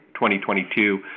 2022